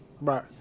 right